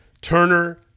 Turner